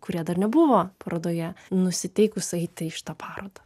kurie dar nebuvo parodoje nusiteikus eiti į šitą parodą